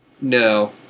No